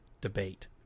debate